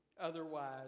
otherwise